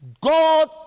God